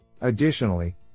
Additionally